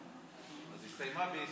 2017, 2018, 2019. אז הסתיימה ב-2020.